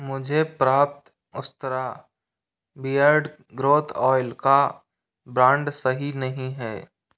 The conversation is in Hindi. मुझे प्राप्त उस्तरा बियर्ड ग्रोथ ऑइल का ब्रांड सही नहीं है